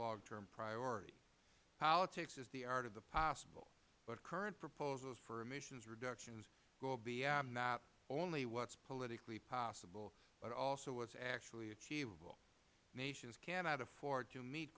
long term priority politics is the art of the possible but current proposals for emissions reductions go beyond not only what is politically possible but also what is actually achievable nations cannot afford to meet